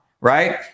Right